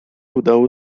udało